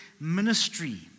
ministry